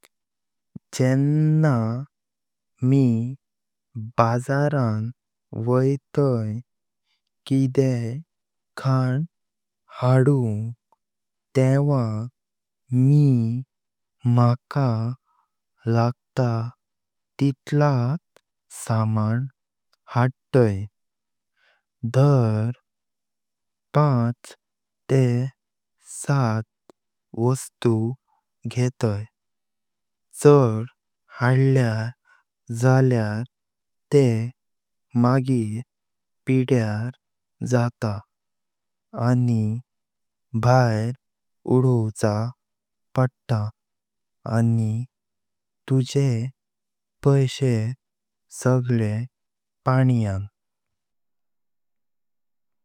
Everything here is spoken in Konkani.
जेना मी भजारान वैतय कैदेख हाडुंग तेवा मी म्हाका लागतां तितलात सामान हाडताय, दार पाच तें सामान घेत्तय चढ हाडलाय जाल्या तां मगरी पिड्यार जातां आनी भायर उडवच पडतां आनी तुजे पैशे सगळे पाण्यान।